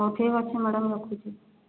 ହେଉ ଠିକ ଅଛି ମ୍ୟାଡ଼ାମ ରଖୁଛି